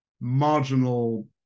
marginal